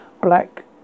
Black